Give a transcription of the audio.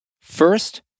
First